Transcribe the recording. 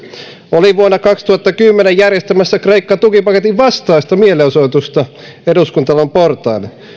olin vuonna kaksituhattakymmenen järjestämässä kreikka tukipaketin vastaista mielenosoitusta eduskuntatalon portaille